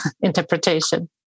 interpretation